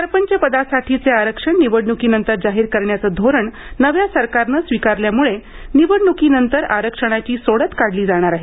सरपंच पदासाठीचे आरक्षण निवडण्कीनंतर जाहीर करण्याचं धोरण नव्या सरकारने स्वीकारल्यामुळं निवडणुकीनंतर आरक्षणाची सोडत काढली जाणार आहे